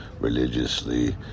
religiously